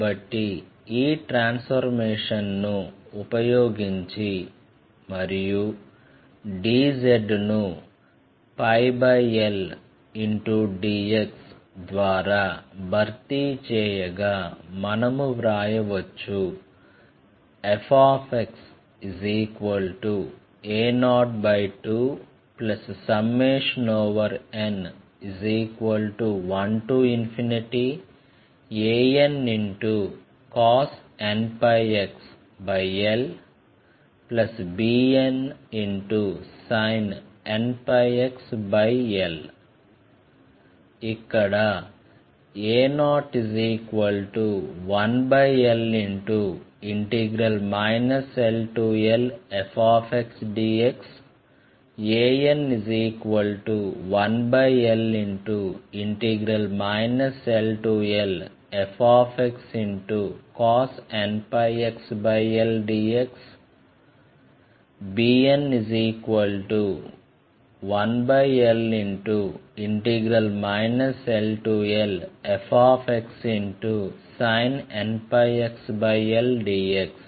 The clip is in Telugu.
కాబట్టి ఈ ట్రాన్స్ఫర్మేషన్ను ఉపయోగించి మరియు dz ను ldx ద్వారా భర్తీ చేయగా మనము వ్రాయవచ్చు fxa02n1ancos nπxl bnsin nπxl ఇక్కడ a01l llfxdxan1l llfxcos nπxl dxbn1l llfxsin nπxl dx